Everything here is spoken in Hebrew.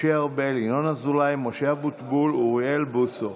משה ארבל, ינון אזולאי, משה אבוטבול ואוריאל בוסו,